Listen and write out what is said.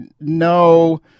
no